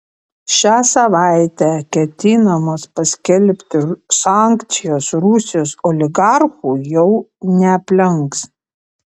šią savaitę ketinamos paskelbti sankcijos rusijos oligarchų jau neaplenks